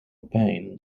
pijn